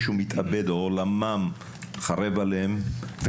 שעולמן חרב עליהן כשמישהו מתאבד,